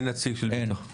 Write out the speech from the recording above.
אני